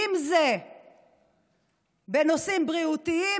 בנושאים בריאותיים,